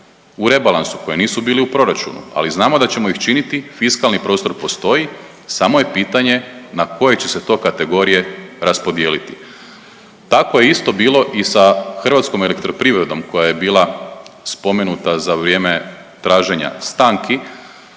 u rebalansu, koje nisu bili u proračunu, ali znamo da ćemo ih činiti, fiskalni prostor postoji, samo je pitanje na koje će se to kategorije raspodijeliti. Tako je isto bilo i sa HEP-om koja je bila spomenuta za vrijeme traženja stanki.